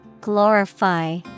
Glorify